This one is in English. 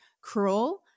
Cruel